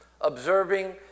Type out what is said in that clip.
Observing